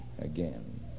again